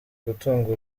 gutunga